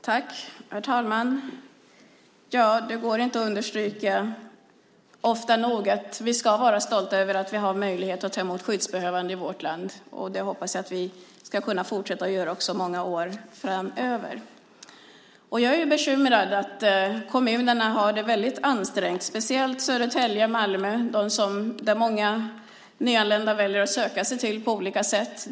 Herr talman! Det går inte att understryka ofta nog att vi ska vara stolta över att vi har möjlighet att ta emot skyddsbehövande i vårt land. Det hoppas jag att vi ska fortsätta att kunna göra många år framöver. Jag är bekymrad över att kommunerna har det väldigt ansträngt, speciellt Södertälje och Malmö som många nyanlända väljer att söka sig till.